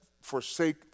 forsake